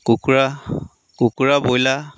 কুকুৰা কুকুৰা ব্ৰইলাৰ